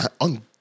on